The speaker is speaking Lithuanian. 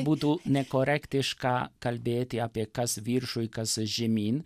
būtų nekorektiška kalbėti apie kas viršuj kas žemyn